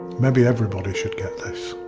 maybe everybody should get this.